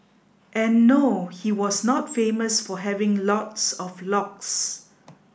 and no he was not famous for having lots of locks